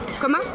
Comment